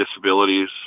disabilities